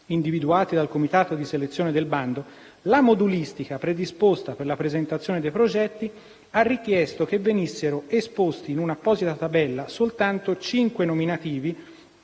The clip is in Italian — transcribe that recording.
individuati dal comitato di selezione del bando, la modulistica predisposta per la presentazione dei progetti ha richiesto che venissero esposti in un'apposita tabella soltanto cinque nominativi